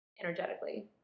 energetically